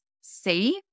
safe